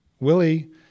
Willie